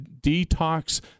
detox